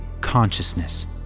consciousness